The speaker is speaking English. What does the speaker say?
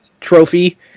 trophy